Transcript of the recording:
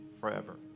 forever